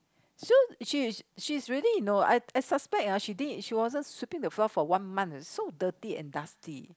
so she's she's really you know I I suspect ah she didn't she wasn't sweeping the floor for one month it's so dirty and dusty